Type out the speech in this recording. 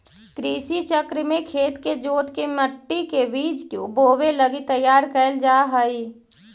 कृषि चक्र में खेत के जोतके मट्टी के बीज बोवे लगी तैयार कैल जा हइ